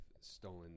stolen